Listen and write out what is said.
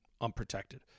unprotected